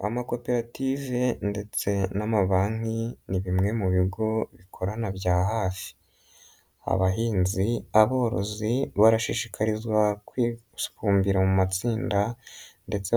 ZAmakoperative ndetse n'amabanki ni bimwe mu bigo bikorana bya hafi n'abahinzi, aborozi barashishikarizwa kwibumbira mu matsinda ndetse